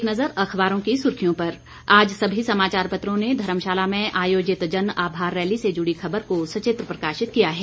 एक नज़र अखबारों की सुर्खियों पर आज सभी समाचार पत्रों ने धर्मशाला में आयोजित जन आभार रैली से जुड़ी खबर को सचित्र प्रकाशित किया है